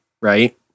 right